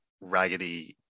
raggedy